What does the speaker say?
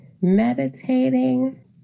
meditating